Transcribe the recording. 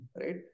right